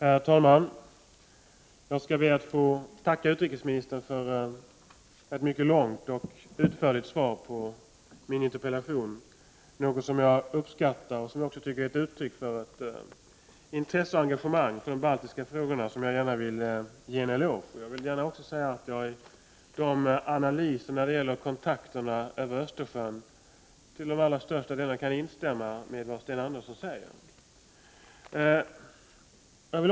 Herr talman! Jag ber att få tacka utrikesministern för ett interpellationssvar som är mycket långt och utförligt — något som jag uppskattar och som jag tycker är ett uttryck för ett intresse och ett engagemang för de baltiska frågorna. När det gäller analysen av kontakterna över Östersjön kan jag till allra största delen instämma i vad Sten Andersson säger.